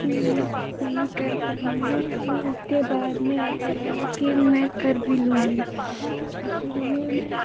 कि मैं नहीं कर पाऊँगी फ़िर उसके बाद में ऐसा लगा कि मैं कर भी लूँगी इसीलिए मैं